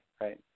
right